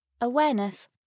awareness